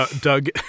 Doug